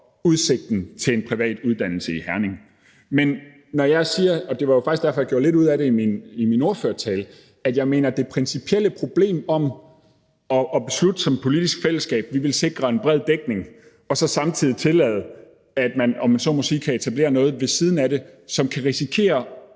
udsigten til en privat uddannelse i Herning. Men jeg mener, og det var jo faktisk derfor, jeg gjorde lidt ud af det i min ordførertale, at der er det principielle problem som politisk fællesskab at beslutte, at vi vil sikre en bred dækning, og så samtidig tillade, at man kan etablere noget ved siden af det, som kan risikere